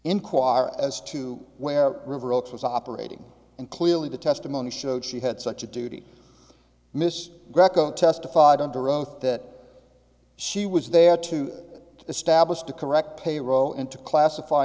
inquire as to where river oaks was operating and clearly the testimony showed she had such a duty miss greco testified under oath that she was there to establish the correct payroll and to classify